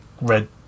red